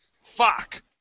Fuck